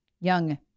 Young